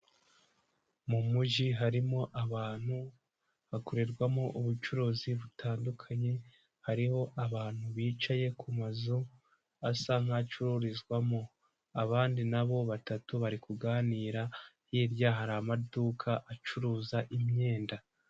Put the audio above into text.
Mu mujyi harimo abantu, hakorerwamo ubucuruzi butandukanye, hariho abantu bicaye ku mazu asa nk'acururizwamo, abandi na bo batatu bari kuganira, hirya hari amaduka acuruza imyenda.